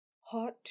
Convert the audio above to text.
Hot